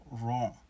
wrong